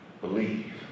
believe